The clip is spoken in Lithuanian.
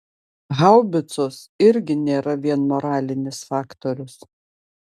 haubicos irgi nėra vien moralinis faktorius